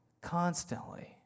constantly